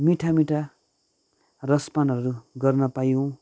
मिठा मिठा रसपानहरू गर्न पायौँ